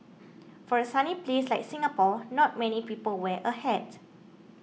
for a sunny place like Singapore not many people wear a hat